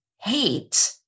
hate